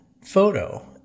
photo